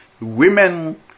women